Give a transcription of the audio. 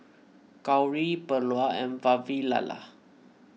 Gauri Bellur and Vavilala